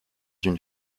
une